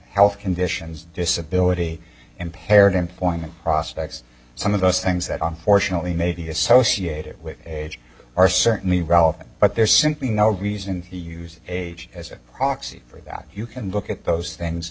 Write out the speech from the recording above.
health conditions disability impaired employment prospects some of those things that unfortunately may be associated with age are certainly relevant but there's simply no reason to use a as a proxy for that you can look at those things